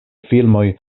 filmoj